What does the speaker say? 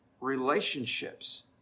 relationships